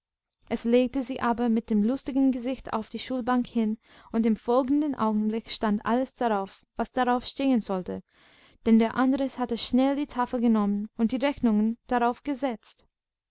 es legte sie aber mit dem lustigsten gesicht auf die schulbank hin und im folgenden augenblick stand alles darauf was darauf stehen sollte denn der andres hatte schnell die tafel genommen und die rechnungen darauf gesetzt